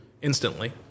instantly